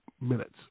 minutes